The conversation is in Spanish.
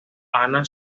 anna